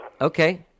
Okay